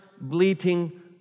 bleating